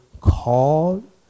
called